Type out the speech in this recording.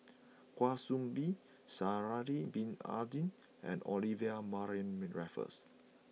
Kwa Soon Bee Sha'ari Bin Tadin and Olivia Mariamne Raffles